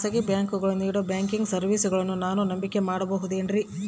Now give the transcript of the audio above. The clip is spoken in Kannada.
ಖಾಸಗಿ ಬ್ಯಾಂಕುಗಳು ನೇಡೋ ಬ್ಯಾಂಕಿಗ್ ಸರ್ವೇಸಗಳನ್ನು ನಾನು ನಂಬಿಕೆ ಮಾಡಬಹುದೇನ್ರಿ?